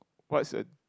what's a